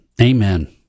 Amen